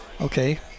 okay